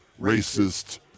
racist